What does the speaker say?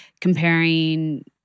comparing